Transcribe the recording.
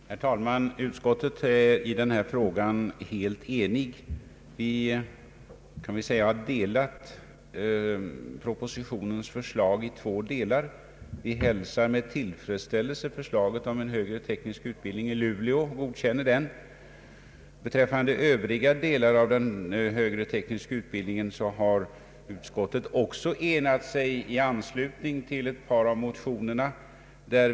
Herr talman! Utskottet är helt enigt i denna fråga. Vi har delat upp propositionens förslag i två delar. Vi hälsar med tillfredsställelse förslaget om en högre teknisk utbildning i Luleå. Beträffande övriga delar av den högre tekniska utbildningen har utskottet också enat sig i anslutning till ett par av motionerna.